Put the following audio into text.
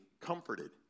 comforted